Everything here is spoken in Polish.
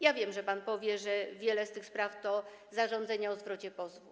Ja wiem, że pan powie, że wiele z tych spraw to zarządzenie o zwrocie pozwu.